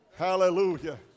Hallelujah